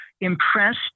impressed